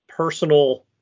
personal